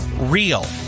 real